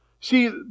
See